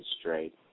straight